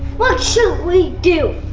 what should we do?